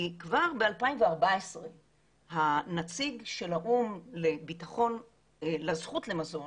כי כבר ב-2014 הנציג של האו"ם לזכות למזון